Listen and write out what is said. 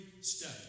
step